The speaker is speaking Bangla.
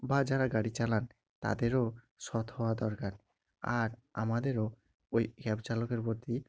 বা যারা গাড়ি চালান তাদেরও সৎ হওয়া দরকার আর আমাদেরও ওই ক্যাব চালকের প্রতি